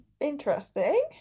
Interesting